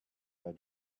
their